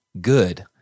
good